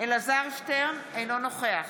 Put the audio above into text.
אלעזר שטרן, אינו נוכח